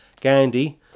Gandhi